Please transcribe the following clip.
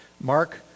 Mark